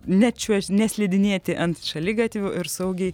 nečiuoš neslidinėti ant šaligatvių ir saugiai